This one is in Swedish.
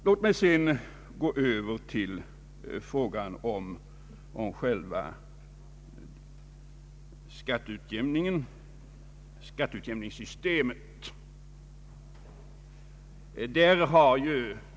Låt mig sedan gå över till frågan om själva skatteutjämningssystemet.